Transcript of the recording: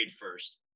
first